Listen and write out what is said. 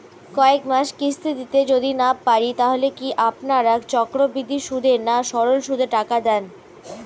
কয়েক মাস কিস্তি দিতে যদি না পারি তাহলে কি আপনারা চক্রবৃদ্ধি সুদে না সরল সুদে টাকা দেন?